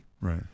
right